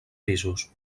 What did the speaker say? pisos